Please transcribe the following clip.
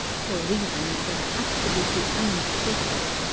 for reasons that are absolutely unmistakable!